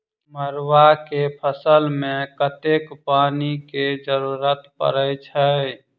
मड़ुआ केँ फसल मे कतेक पानि केँ जरूरत परै छैय?